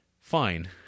fine